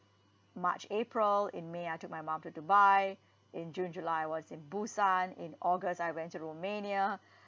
march april in may I took my mum to dubai in june july I was in busan in august I went to romania